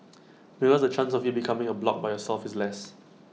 because the chance of you becoming A bloc by yourself is less